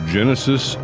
Genesis